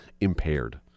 impaired